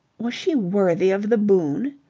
was she worthy of the boon?